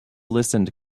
listened